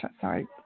sorry